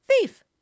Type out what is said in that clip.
thief